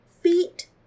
feet